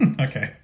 Okay